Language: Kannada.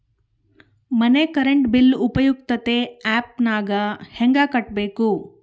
ಮನೆ ಕರೆಂಟ್ ಬಿಲ್ ಉಪಯುಕ್ತತೆ ಆ್ಯಪ್ ನಾಗ ಹೆಂಗ ಕಟ್ಟಬೇಕು?